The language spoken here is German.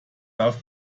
darf